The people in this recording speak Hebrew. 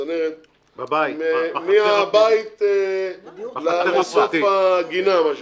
אלא מהבית עד סוף הגינה.